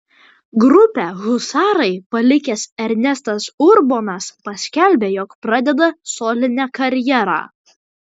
grupę husarai palikęs ernestas urbonas paskelbė jog pradeda solinę karjerą